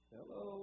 Hello